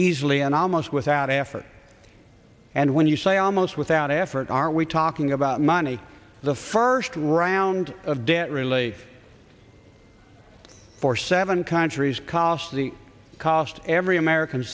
easily and almost without effort and when you say almost without effort are we talking about money the first round of debt relief for seven countries cost the cost every american